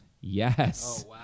Yes